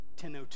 10-02